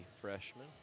freshman